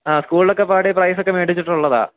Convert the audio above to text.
ആ സ്കൂളിലൊക്കെ പാടി പ്രൈസൊക്കെ മേടിച്ചിട്ടുള്ളതാണ്